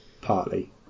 partly